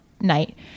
night